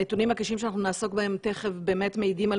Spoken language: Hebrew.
הנתונים הקשים שאנחנו נעסוק בהם תיכף מעידים על